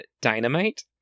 dynamite